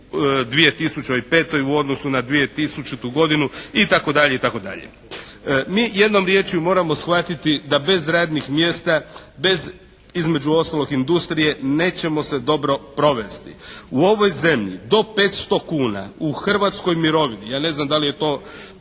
u 2005. u odnosu na 2000. godinu i tako dalje i tako dalje. Mi jednom riječju moramo shvatiti da bez radnih mjesta, bez između ostalog industrije nećemo se dobro provesti. U ovoj zemlji do 500 kuna u hrvatskoj mirovini, ja ne znam da li je to,